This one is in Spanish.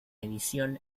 edición